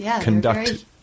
conduct